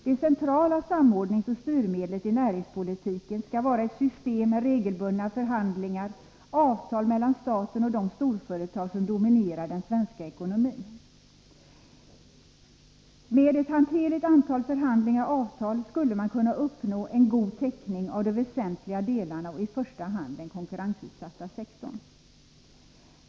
Det centrala samordningsoch styrmedlet i näringspolitiken skall vara ett system med regelbundna förhandlingar, avtal mellan staten och de storföretag som dominerar den svenska ekonomin. Med ett hanterligt antal förhandlingar och avtal skulle man kunna uppnå en god täckning av de väsentliga delarna, i första hand den konkurrensutsatta sektorn.